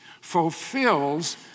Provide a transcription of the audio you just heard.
fulfills